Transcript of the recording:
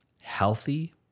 healthy